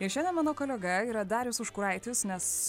ir šiandien mano kolega yra darius užkuraitis nes